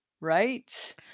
Right